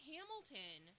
Hamilton